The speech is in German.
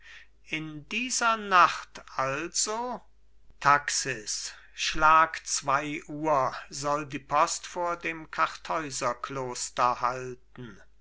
in dieser nacht also taxis schlag zwei uhr soll die post vor dem kartäuserkloster halten